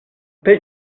paie